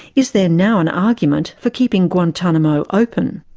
is there now an argument for keeping guantanamo open?